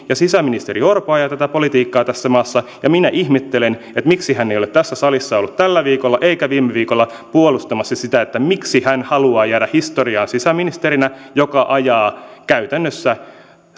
ja sisäministeri orpo ajaa tätä politiikkaa tässä maassa ja minä ihmettelen miksi hän ei ole ollut tässä salissa tällä viikolla eikä viime viikolla puolustamassa sitä miksi hän haluaa jäädä historiaan sisäministerinä joka ajaa käytännössä